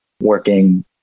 working